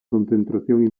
concentración